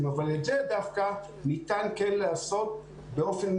אבל את זה דווקא ניתן כן לעשות באופן